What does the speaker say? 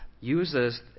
uses